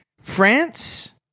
France